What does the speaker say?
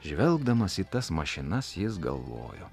žvelgdamas į tas mašinas jis galvojo